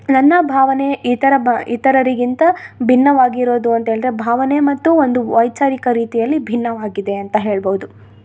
ನನ್ನ ಭಾವನೆ ಇತರ ಬ ಇತರರಿಗಿಂತ ಭಿನ್ನವಾಗಿರೋದು ಅಂತ ಹೇಳಿದ್ರೆ ಭಾವನೆ ಮತ್ತು ಒಂದು ವೈಚಾರಿಕ ರೀತಿಯಲ್ಲಿ ಭಿನ್ನವಾಗಿದೆ ಅಂತ ಹೇಳ್ಬೌದು